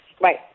Right